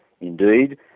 Indeed